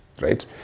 right